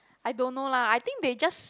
I don't know lah I think they just